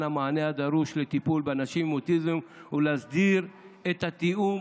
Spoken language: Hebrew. המענה הדרוש לטיפול באנשים עם אוטיזם ולהסדיר את התיאום